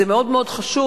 זה מאוד מאוד חשוב,